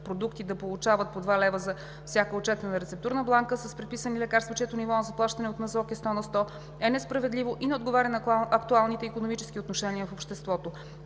продукти, да получават по 2 лв. за всяка отчетена рецептурна бланка с предписани лекарства, чието ниво на заплащане от НЗОК е сто на сто, е несправедливо и не отговаря на актуалните икономически отношения в обществото.